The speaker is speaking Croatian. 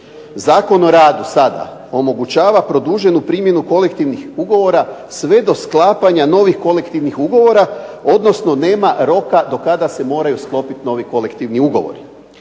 Zakon o radu sada omogućava produženu primjenu kolektivnih ugovora sve do sklapanja novih kolektivnih ugovora, odnosno nema roka do kada se moraju sklopit novi kolektivni ugovori.